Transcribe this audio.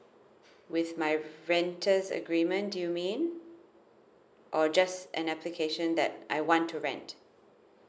with my renter's agreement do you mean or just an application that I want to rent